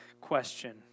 question